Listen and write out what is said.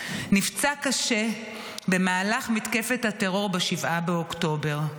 נפצע קשה במהלך מתקפת הטרור ב-7 באוקטובר.